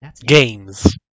Games